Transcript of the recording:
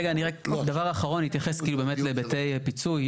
דבר אחרון, אני אתייחס באמת להיבטי פיצוי.